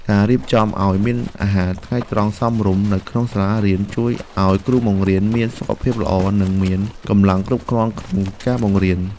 ការរៀបចំឱ្យមានអាហារថ្ងៃត្រង់សមរម្យនៅក្នុងសាលារៀនជួយឱ្យគ្រូបង្រៀនមានសុខភាពល្អនិងមានកម្លាំងគ្រប់គ្រាន់ក្នុងការបង្រៀន។